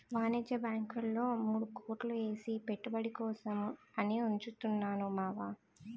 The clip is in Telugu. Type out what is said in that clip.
వాణిజ్య బాంకుల్లో మూడు కోట్లు ఏసి పెట్టుబడి కోసం అని ఉంచుతున్నాను మావా